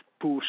push